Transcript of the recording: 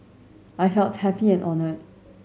I felt happy and honoured